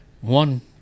one